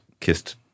kissed